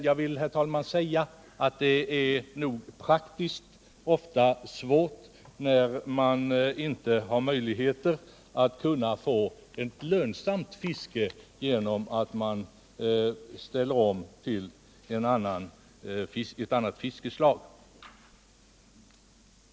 Jag vill säga att det rent praktiskt ofta är svårt att ställa om verksamheten när det inte finns möjligheter till ett lönsamt fiske genom inriktning på ett annat fiskslag.